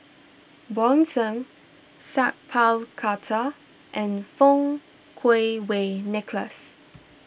Bjorn Shen Sat Pal Khattar and Fang Kuo Wei Nicholas